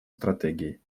стратегии